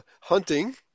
hunting